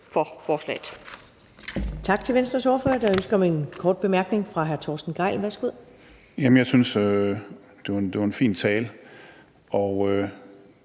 for forslaget.